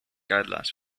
guidelines